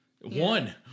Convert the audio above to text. One